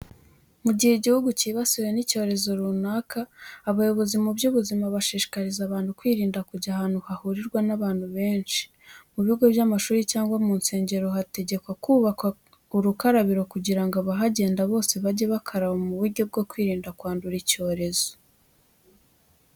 Mu gihe igihugu cyibasiwe n'icyorezo runaka, abayobozi mu by'ubuzima bashishikariza abantu kwirinda kujya ahantu hahurirwa n'abantu benshi. Mu bigo by'amashuri cyangwa mu nsengero bategekwa kubaka urukarabiro kugira ngo abahagenda bose bajye bakaraba mu buryo bwo kwirinda kwandura icyorezo.